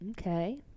Okay